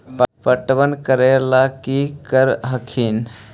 पटबन करे ला की कर हखिन?